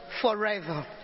forever